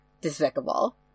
despicable